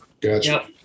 Gotcha